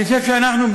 אני חושב שאנחנו,